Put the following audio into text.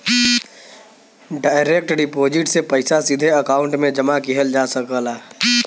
direct deposit से पइसा सीधे अकांउट में जमा किहल जा सकला